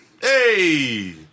Hey